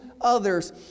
others